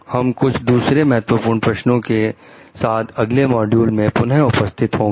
हम कुछ दूसरे महत्वपूर्ण प्रश्नों के साथ अगले मॉड्यूल में पुनः उपस्थित होंगे